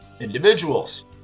individuals